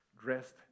Dressed